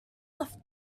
off